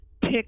pick